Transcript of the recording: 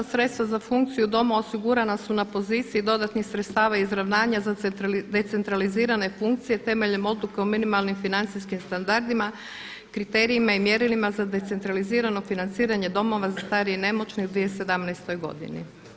Sredstva za funkciju doma osigurana su na poziciji dodatnih sredstava i izravnanja za decentralizirane funkcije temeljem odluke o minimalnim financijskim standardima, kriterijima i mjerilima za decentralizirano financiranje domova za starije i nemoćne u 2017. godini.